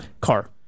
Car